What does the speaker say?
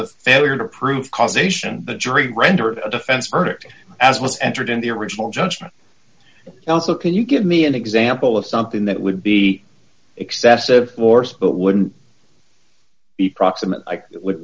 a failure to prove causation the jury rendered a defense verdict as was entered in the original judgment also can you give me an example of something that would be excessive force but wouldn't the proximate would